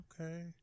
Okay